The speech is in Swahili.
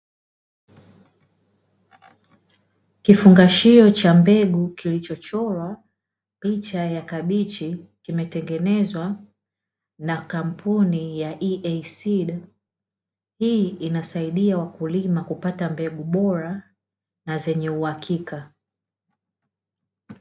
Kifungashio cha mbegu kilichochorwa picha ya kabichi, kimetengenezwa na kampuni ya EA SEED, hii inasaidia wakulima kupata mbegu bora na zenye uhakika.